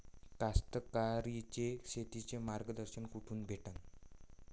कास्तकाराइले शेतीचं मार्गदर्शन कुठून भेटन?